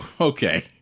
Okay